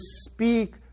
speak